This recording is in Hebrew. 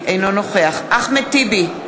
אינו נוכח אחמד טיבי,